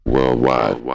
Worldwide